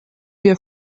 wir